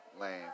lame